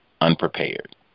unprepared